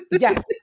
yes